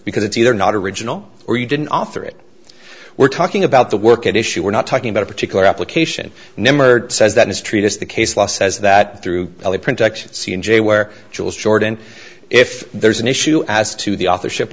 because it's either not original or you didn't author it we're talking about the work at issue we're not talking about a particular application says that it's treatise the case law says that through the production c and j where jules jordan if there's an issue as to the authorship